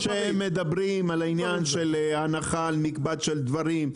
מה שהם מדברים על העניין של ההנחה על מקבץ של דברים,